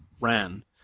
Ran